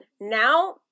Now